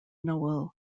noel